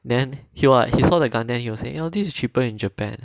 then he what he saw that gundam he was saying you know this is cheaper in japan